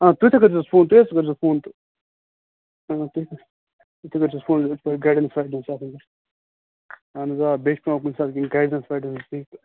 ٲں تُہۍ تہِ کٔرۍ زِہوس فون تُہۍ حظ کٔرۍ زِہوس فون تہٕ ٲں تُہۍ تہٕ تُہۍ تہِ کٔرۍ زِہوس فون توتہِ گایڈیٚنس وایڈیٚنس کیٛاہ دٔلیٖلہٕ چھِ اہن حظ آ بییٛہِ چھُ پیٚوان کُنہِ ساتہٕ گایڈیٚنس وایڈیٚنس دِنۍ تہٕ